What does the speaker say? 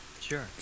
Sure